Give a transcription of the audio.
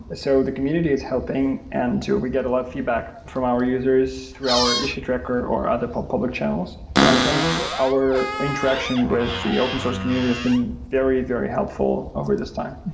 ah so the community is helping and we get a lot of feedback from our users through our issue tracker or other public channels. so i think our interaction with the open source community has been very, very helpful over this time.